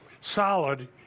solid